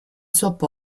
soap